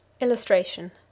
Illustration